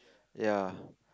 ya